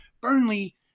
Burnley